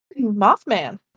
Mothman